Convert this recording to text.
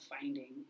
finding